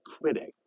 quitting